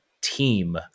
team